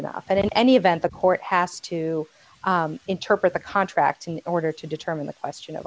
enough but in any event the court has to interpret the contract in order to determine the question of